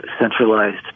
centralized